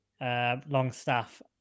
Longstaff